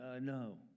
No